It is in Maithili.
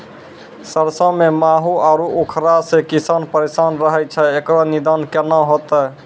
सरसों मे माहू आरु उखरा से किसान परेशान रहैय छैय, इकरो निदान केना होते?